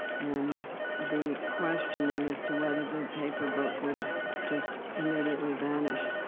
and the questioning as to whether the paper book would just immediately vanish,